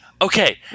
Okay